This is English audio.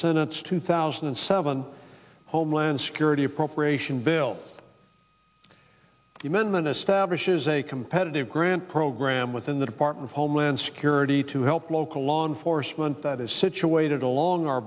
senate's two thousand and seven homeland security appropriation bill the amendment establishes a competitive grant program within the department of homeland security to help local law enforcement that is situated along our